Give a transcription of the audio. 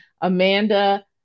Amanda